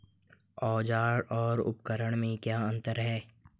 औज़ार और उपकरण में क्या अंतर है?